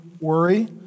worry